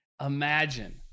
Imagine